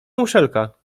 muszelka